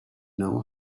know